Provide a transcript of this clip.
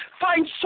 Find